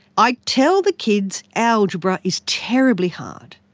i tell the kids algebra is terribly hard,